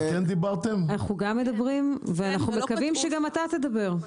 אנחנו מדברים ואנחנו מקווים שגם אתה תדבר.